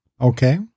Okay